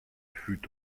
fût